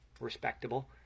respectable